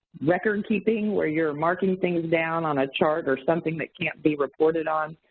record keeping where your marking things down on a chart or something that can't be reported on.